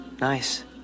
nice